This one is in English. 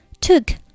Took